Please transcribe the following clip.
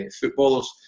footballers